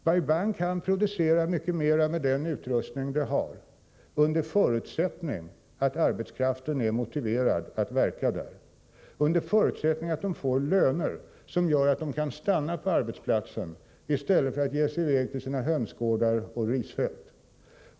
Bai Bang kan producera mycket mer med den utrustning man har, under förutsättning att arbetskraften är motiverad att verka där, under förutsättning att de anställda får löner som gör att de kan stanna på arbetsplatsen i stället för att ge sig i väg till sina hönsgårdar och risfält.